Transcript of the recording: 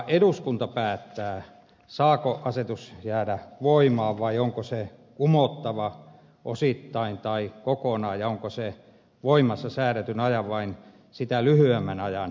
eduskunta päättää saako asetus jäädä voimaan vai onko se kumottava osittain tai kokonaan ja onko se voimassa säädetyn vai lyhyemmän ajan